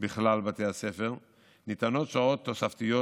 בכלל בתי הספר ניתנות שעות תוספתיות